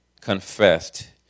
confessed